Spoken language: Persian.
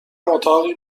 اتاقی